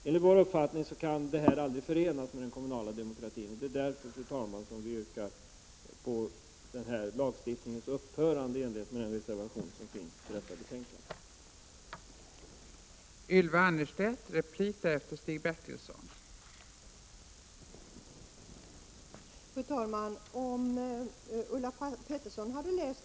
Enligt vår uppfattning kan detta aldrig förenas med den kommunala demokratin. Det är därför, fru talman, som vi yrkar på denna lagstiftnings upphörande i enlighet med den reservation som finns till detta betänkande.